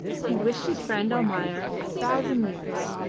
he wished his friend almayer a thousand years,